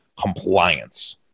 compliance